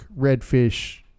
redfish